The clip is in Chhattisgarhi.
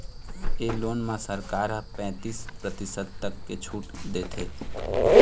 ए लोन म सरकार ह पैतीस परतिसत तक के छूट देथे